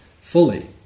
fully